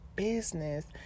business